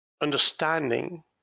understanding